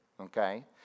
okay